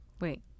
Wait